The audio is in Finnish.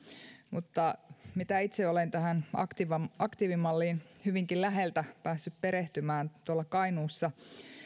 mutta mitä itse olen tähän aktiivimalliin hyvinkin läheltä päässyt perehtymään tuolla kainuussa niin